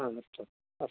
आम् अस्तु अस्